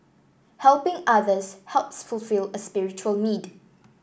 helping others helps fulfil a spiritual need